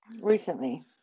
recently